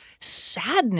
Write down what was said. sadness